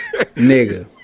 nigga